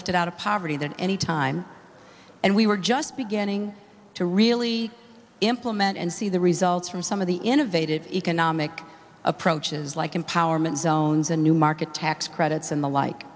lifted out of poverty that any time and we were just beginning to really implement and see the results from some of the innovative economic approaches like empowerment zones a new market tax credits and the like